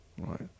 right